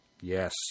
Yes